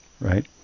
right